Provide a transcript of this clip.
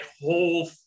whole